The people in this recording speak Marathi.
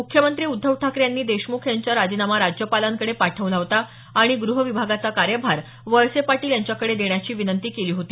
मुख्यमंत्री उद्धव ठाकरे यांनी देशमुख यांचा राजीनामा राज्यपालांकडे पाठवला होता आणि ग्रहविभागाचा कार्यभार वळसे पाटील यांच्याकडे देण्याची विनंती केली होती